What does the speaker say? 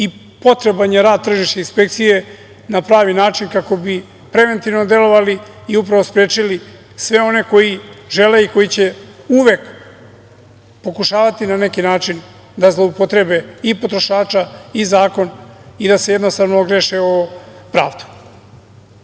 i potreban je rad tržišne inspekcije na pravi način kako bi preventivno delovali i upravo sprečili sve one koji žele i koji će uvek pokušavati na neki način da zloupotrebe i potrošača i zakon i da se jednostavno ogreše o pravdu. Živimo